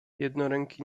jednoręki